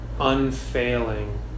unfailing